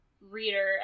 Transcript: reader